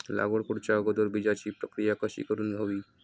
लागवड करूच्या अगोदर बिजाची प्रकिया कशी करून हवी?